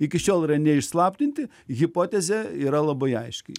iki šiol yra neišslaptinti hipotezė yra labai aiški